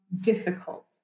difficult